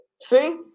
See